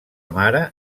mare